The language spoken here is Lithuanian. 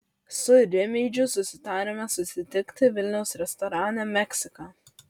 su rimydžiu susitariame susitikti vilniaus restorane meksika